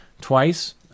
twice